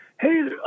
Hey